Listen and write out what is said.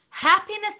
happiness